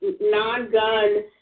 non-gun